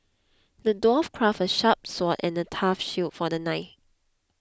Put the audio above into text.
the dwarf crafted a sharp sword and a tough shield for the knight